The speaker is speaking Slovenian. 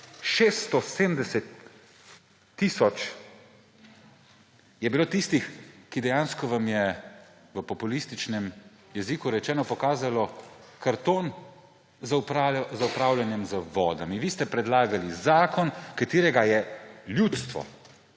670 tisoč je bilo tistih, ki so vam dejansko, v populističnem jeziku rečeno, pokazali rdeči karton za upravljanje z vodami. Vi ste predlagali zakon, ki ga je ljudstvo